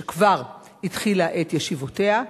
שכבר התחילה את ישיבותיה,